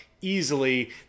easily